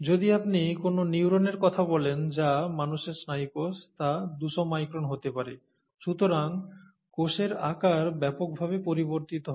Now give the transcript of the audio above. যদি আপনি কোনও নিউরনের কথা বলেন যা মানুষের স্নায়ু কোষ তা 200 মাইক্রন হতে পারে সুতরাং কোষের আকার ব্যাপকভাবে পরিবর্তিত হয়